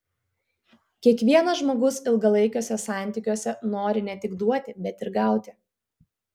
kiekvienas žmogus ilgalaikiuose santykiuose nori ne tik duoti bet ir gauti